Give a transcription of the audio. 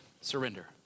surrender